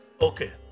Okay